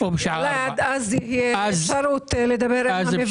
או בשעה 16:00. אולי עד אז תהיה אפשרות לדבר עם המבקר.